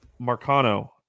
Marcano